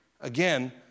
Again